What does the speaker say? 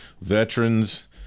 veterans